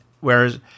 whereas